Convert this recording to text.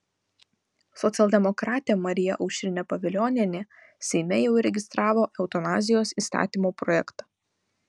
socialdemokratė marija aušrinė pavilionienė seime jau įregistravo eutanazijos įstatymo projektą